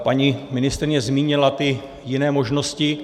Paní ministryně zmínila ty jiné možnosti.